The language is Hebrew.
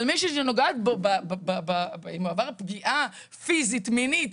אבל מישהי שנוגעת בו אם הוא עבר פגיעה פיזית מינית,